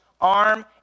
arm